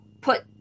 put